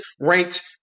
ranked